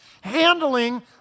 handling